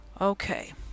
Okay